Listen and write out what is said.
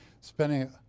spending